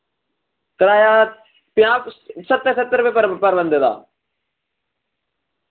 कराया पंजाह् स्हत्तर स्ह्त्तर रपे पर पर बंदे दा